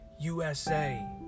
USA